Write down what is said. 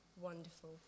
Wonderful